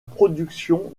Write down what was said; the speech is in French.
production